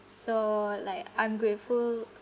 so like I'm grateful